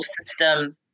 system